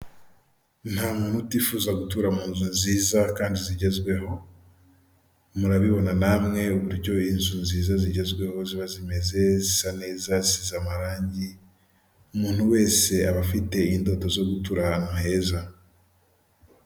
Nta muntu utifuza gutura mu nzu nziza kandi zigezweho. Murabibona namwe uburyo inzu nziza zigezweho ziba zimeze, zisa neza, zisize amarangi, umuntu wese aba afite indodo zo gutura ahantu heza.